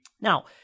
Now